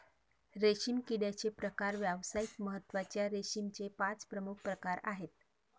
रेशीम किड्याचे प्रकार व्यावसायिक महत्त्वाच्या रेशीमचे पाच प्रमुख प्रकार आहेत